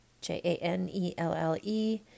J-A-N-E-L-L-E